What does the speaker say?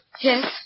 Yes